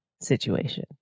situation